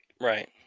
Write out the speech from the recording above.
Right